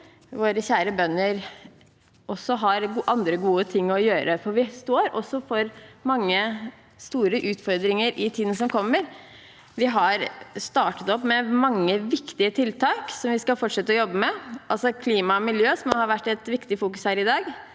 våre kjære bønder også har andre gode ting å gjøre, for vi står foran mange store utfordringer i tiden som kommer. Vi har startet opp med mange viktige tiltak som vi skal fortsette å jobbe med, også klima og miljø, som har vært et viktig fokus her i dag.